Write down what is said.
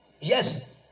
Yes